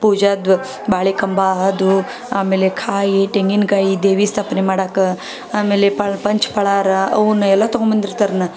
ಪೂಜೆದ್ದು ಬಾಳೆ ಕಂಬ ಅದು ಆಮೇಲೆ ಕಾಯಿ ತೆಂಗಿನಕಾಯಿ ದೇವಿ ಸ್ಥಾಪನೆ ಮಾಡೋಕೆ ಆಮೇಲೆ ಫಲ ಪಂಚ ಫಲಾಹಾರ ಅವ್ನ ಎಲ್ಲ ತೊಗೊಂಡ್ಬಂದಿರ್ತಾರೆ ಅದನ್ನ